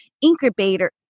incubator